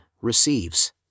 receives